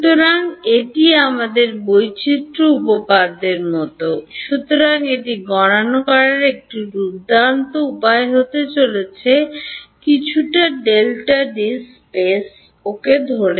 সুতরাং এটি আমাদের বৈচিত্র্য উপপাদ্য মধ্যে সুতরাং এটি গণনা করার একটি দুর্দান্ত উপায় হতে চলেছে কিছুটা স্পেস ওকে ধরে